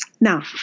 Now